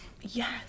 Yes